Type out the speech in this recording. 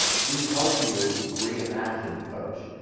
we help you re-imagine the coach.